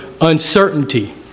uncertainty